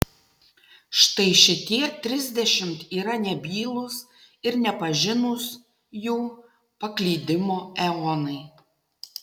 štai šitie trisdešimt yra nebylūs ir nepažinūs jų paklydimo eonai